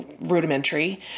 rudimentary